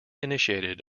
initiated